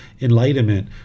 enlightenment